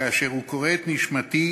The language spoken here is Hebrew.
כאשר הוא קורא את נשמתי,